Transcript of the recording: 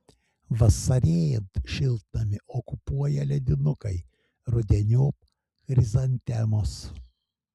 vasarėjant šiltnamį okupuoja ledinukai rudeniop chrizantemos